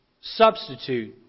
substitute